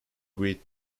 greet